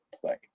play